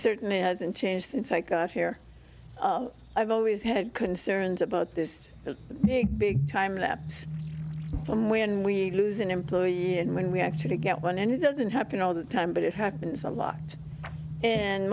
certainly hasn't changed since i got here i've always had concerns about this big time lapse from when we lose an employee and when we actually get one and it doesn't happen all the time but it happens a lot and